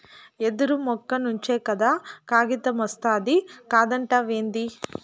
యెదురు మొక్క నుంచే కదా కాగితమొస్తాది కాదంటావేంది